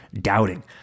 doubting